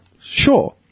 sure